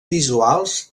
visuals